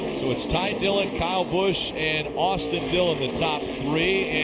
so it's ty dillon, kyle busch and austin dillon the top three.